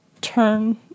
turn